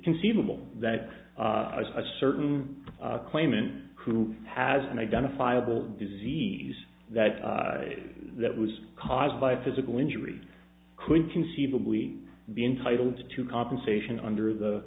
conceivable that a certain claimant who has an identifiable disease that that was caused by physical injury could conceivably be entitled to compensation under the